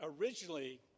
originally